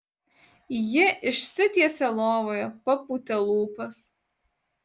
ji išsitiesė lovoje papūtė lūpas